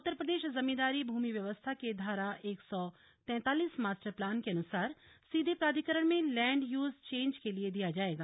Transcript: उत्तर प्रदेश जमीदारी भूमि व्यवस्था के धारा एक सौ तैतालिस मास्टर प्लान के अनुसार सीधे प्राधिकरण में लैंड यूज चेंज के लिए दिया जाएगा